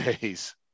days